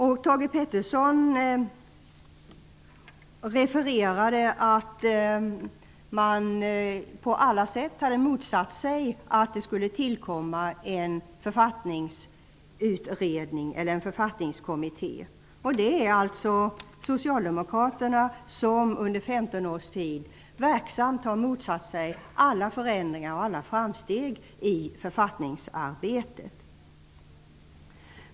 Thage G Peterson refererade att man på alla sätt hade motsatt sig att det skulle tillkomma en författningskommitté. Det är alltså socialdemokraterna som under femton års tid verksamt har motsatt sig alla förändringar och framsteg i författningsarbetet.